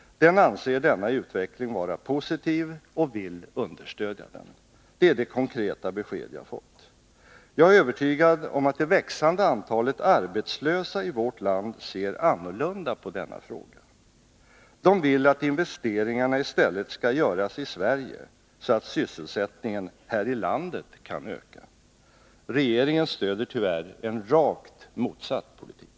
Den anser denna utveckling vara positiv och vill understödja den. Det är det konkreta besked jag fått. Jag är övertygad om att det växande antalet arbetslösa i vårt land ser annorlunda på denna fråga. De vill att investeringarna i stället skall göras i Sverige, så att sysselsättningen här i landet kan öka. Regeringen stöder tyvärr en rakt motsatt politik.